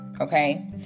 okay